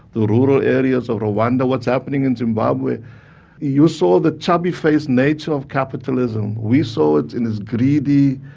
the rural areas of rwanda, what's happening in zimbabwe you saw the chubby-faced nature of capitalism. we saw it in its greedy,